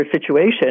situation